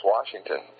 Washington